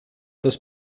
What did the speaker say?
das